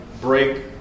break